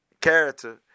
character